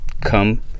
come